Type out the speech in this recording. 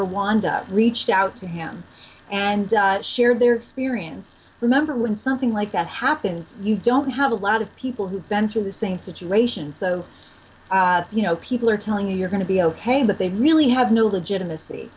rwanda reached out to him and share their experience remember when something like that happens you don't have a lot of people who've been through the same situation so you know people are telling you you're going to be ok but they really have no legitimacy